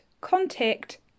contact